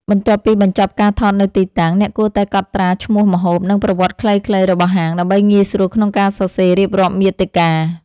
បន្ទាប់ពីបញ្ចប់ការថតនៅទីតាំង អ្នកគួរតែកត់ត្រាឈ្មោះម្ហូប និងប្រវត្តិខ្លីៗរបស់ហាង ដើម្បីងាយស្រួលក្នុងការសរសេររៀបរាប់មាតិកា។